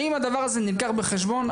האם הדבר הזה נלקח בחשבון?